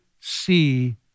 see